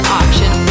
option